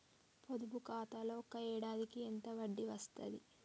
పొదుపు ఖాతాలో ఒక ఏడాదికి ఎంత వడ్డీ వస్తది?